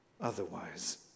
otherwise